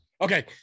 Okay